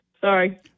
Sorry